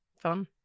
Fun